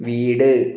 വീട്